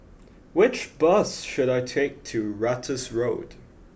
which bus should I take to Ratus Road